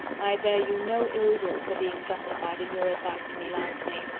i bear you no ill-will for being justified in your advice to me last may,